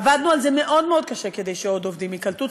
עבדנו מאוד מאוד קשה כדי שעוד עובדים ייקלטו,